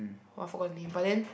oh I forgot name but then